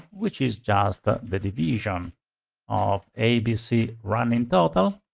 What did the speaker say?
which is just the the division of abc running total